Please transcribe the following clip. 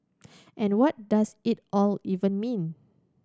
and what does it all even mean